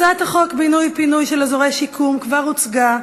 הצעת חוק בינוי ופינוי של אזורי שיקום כבר הוצגה,